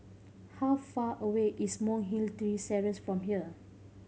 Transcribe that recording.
how far away is Monk Hill three Terrace from here